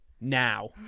now